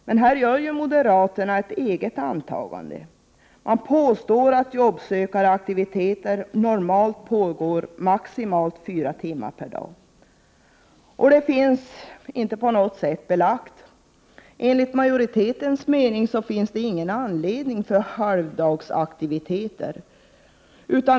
Men här gör moderaterna ett eget antagande. De påstår att aktiviteter med att söka arbete normalt pågår maximalt fyra timmar per dag. Detta finns inte belagt på något sätt, och enligt majoritetens mening finns ingen anledning till halvdagsaktiviteter.